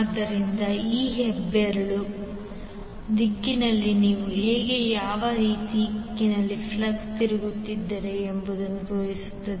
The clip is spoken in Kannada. ಆದ್ದರಿಂದ ಈ ಹೆಬ್ಬೆರಳು ದಿಕ್ಕಿನಲ್ಲಿ ನೀವು ಹೇಗೆ ಮತ್ತು ಯಾವ ದಿಕ್ಕಿನಲ್ಲಿ ಫ್ಲಕ್ಸ್ ತಿರುಗುತ್ತಿದ್ದೀರಿ ಎಂಬುದನ್ನು ತೋರಿಸುತ್ತದೆ